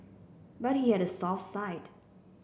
but he had a soft side